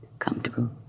comfortable